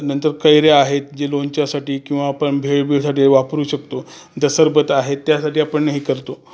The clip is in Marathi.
नंतर कैऱ्या आहेत जी लोणच्यासाठी किंवा आपण भेळ बीळसाठी हे वापरू शकतो दसरबत आहे त्यासाठी आपण हे करतो